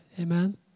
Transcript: amen